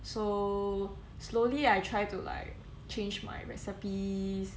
so slowly I try to like change my recipes